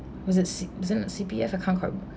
was it C was it not C_P_F account